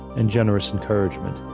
and generous encouragement.